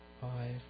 five